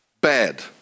bad